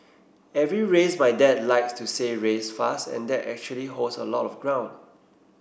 every race my dad likes to say race fast and that actually holds a lot of ground